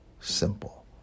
simple